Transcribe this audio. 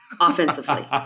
offensively